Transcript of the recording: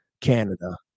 Canada